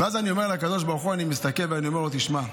ואז אני מסתכל ואני אומר לקדוש ברוך הוא: תשמע,